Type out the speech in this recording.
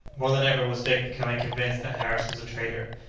more than ever was dick becoming convinced that harris was a traitor,